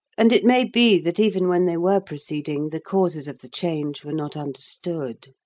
and it may be that even when they were proceeding, the causes of the change were not understood.